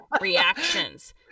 Reactions